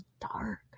Dark